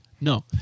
no